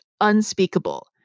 unspeakable